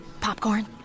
Popcorn